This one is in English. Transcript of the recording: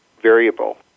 variable